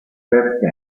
perché